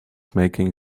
making